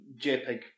JPEG